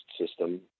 system